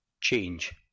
Change